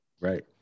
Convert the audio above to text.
Right